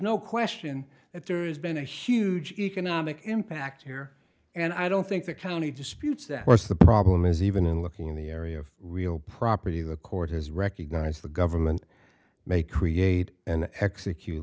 no question that there has been a huge economic impact here and i don't think the county disputes that what's the problem is even in looking in the area of real property the court has recognized the government may create and execute